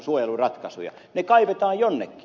ne kaivetaan jonnekin